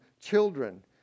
Children